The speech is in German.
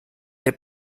der